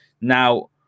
Now